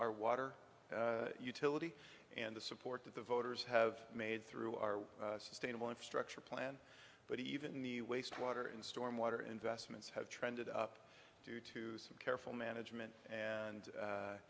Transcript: our water utility and the support that the voters have made through our sustainable infrastructure plan but even the waste water and storm water investments have trended up due to some careful management and